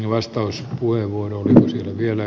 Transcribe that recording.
pentti oinosellakin huonosti sitten